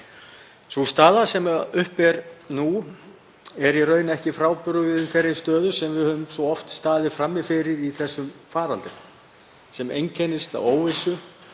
Sú staða sem uppi er nú er í raun ekki frábrugðin þeirri stöðu sem við höfum svo oft staðið frammi fyrir í þessum faraldri sem einkennist af óvissu